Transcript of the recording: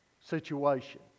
situation